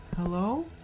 hello